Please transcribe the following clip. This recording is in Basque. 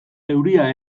euria